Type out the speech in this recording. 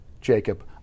Jacob